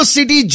City